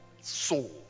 soul